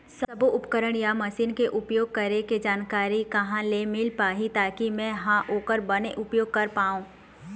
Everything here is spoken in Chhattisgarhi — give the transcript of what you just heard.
सब्बो उपकरण या मशीन के उपयोग करें के जानकारी कहा ले मील पाही ताकि मे हा ओकर बने उपयोग कर पाओ?